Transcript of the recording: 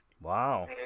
Wow